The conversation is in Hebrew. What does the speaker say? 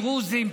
דרוזים,